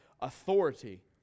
authority